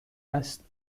است